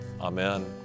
Amen